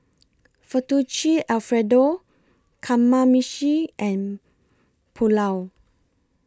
Fettuccine Alfredo Kamameshi and Pulao